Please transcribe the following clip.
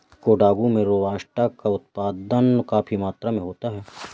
कोडागू में रोबस्टा का उत्पादन काफी मात्रा में होता है